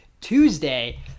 Tuesday